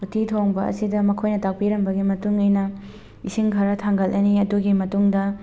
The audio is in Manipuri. ꯎꯠꯇꯤ ꯊꯣꯡꯕ ꯑꯁꯤꯗ ꯃꯈꯣꯏꯅ ꯇꯥꯛꯄꯤꯔꯝꯕꯒꯤ ꯃꯇꯨꯡ ꯏꯟꯅ ꯏꯁꯤꯡ ꯈꯔ ꯊꯥꯡꯒꯠꯂꯅꯤ ꯃꯗꯨꯒꯤ ꯃꯇꯨꯡꯗ